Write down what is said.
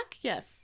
Yes